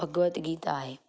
भगवत गीता आहे